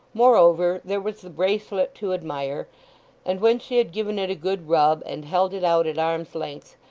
moreover, there was the bracelet to admire and when she had given it a good rub, and held it out at arm's length,